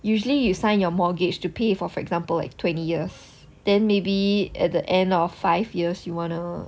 usually you sign your mortgage to pay for for example like twenty years then maybe at the end of five years you wanna